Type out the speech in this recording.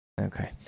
Okay